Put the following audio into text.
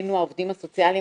העובדים הסוציאליים,